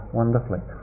wonderfully